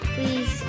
Please